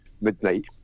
midnight